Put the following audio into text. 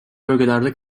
bölgelerde